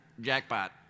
jackpot